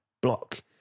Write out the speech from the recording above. block